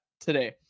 today